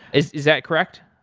is is that correct?